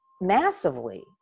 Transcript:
massively